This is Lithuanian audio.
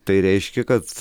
tai reiškia kad